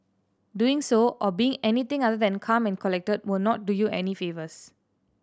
doing so or being anything other than calm and collected will not do you any favours